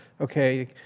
okay